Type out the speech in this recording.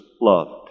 loved